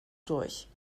durch